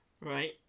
Right